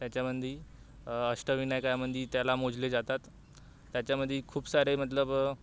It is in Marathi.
त्याच्यामध्ये अष्टविनायकामध्ये त्याला मोजले जातात त्याच्यामध्ये खूप सारे मतलब